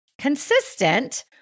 consistent